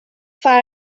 far